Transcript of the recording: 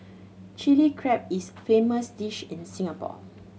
Chilli Crab is a famous dish in Singapore